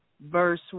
verse